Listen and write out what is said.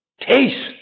Taste